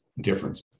difference